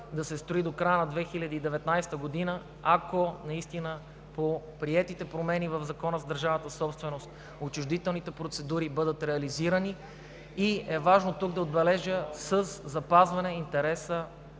да се строи до края 2019 г., ако наистина по приетите промени в Закона за държавната собственост отчуждителните процедури бъдат реализирани, и е важно тук да отбележа – със запазване интереса